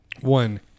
one